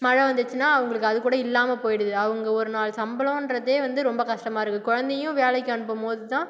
மழை வந்துடுச்சின்னா அவங்களுக்கு அது கூட இல்லாமல் போய்டுது அவங்க ஒரு நாள் சம்பளம்ன்றதே வந்து ரொம்ப கஷ்டமாக இருக்கு குழந்தையும் வேலைக்கு அனுப்பும்போது தான்